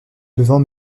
devant